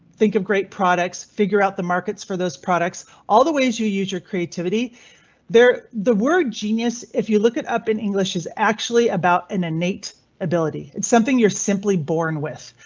think of great products, figure out the markets for those products. all the ways you use your creativity there. the word genius if you look it up in english is actually about an innate ability. it's something you're simply born with.